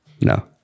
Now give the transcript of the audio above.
No